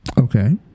Okay